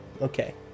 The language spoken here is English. Okay